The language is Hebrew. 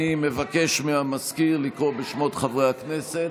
אני מבקש מהמזכיר לקרוא בשמות חברי הכנסת.